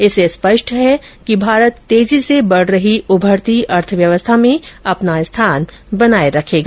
इससे स्पष्ट है कि भारत तेजी से बढ़ रही उभरती अर्थव्यवस्था में अपना स्थान बनाये रखेगा